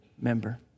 member